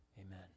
Amen